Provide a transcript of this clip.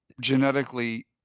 genetically